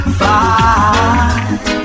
fight